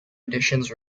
additions